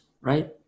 right